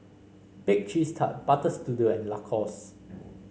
Bake Cheese Tart Butter Studio and Lacoste